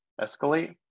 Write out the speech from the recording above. escalate